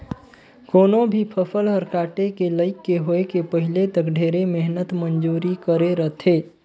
कोनो भी फसल हर काटे के लइक के होए के पहिले तक ढेरे मेहनत मंजूरी करे रथे